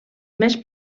més